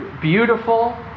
beautiful